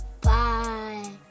Bye